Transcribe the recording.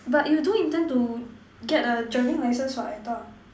but you do intend to get a driving license what I thought